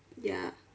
ya